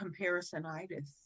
comparisonitis